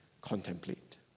contemplate